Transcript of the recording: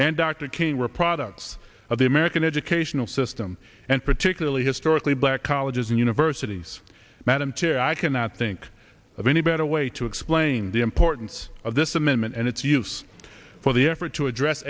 dr king were products of the american educational system and particularly historically black colleges and universities madam chair i cannot think of any better way to explain the importance of this amendment and its use for the effort to address